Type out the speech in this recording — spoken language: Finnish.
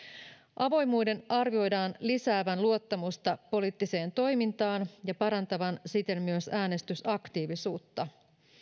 avoimuuden arvioidaan lisäävän luottamusta poliittiseen toimintaan ja parantavan siten myös äänestysaktiivisuutta